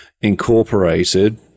Incorporated